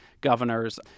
governors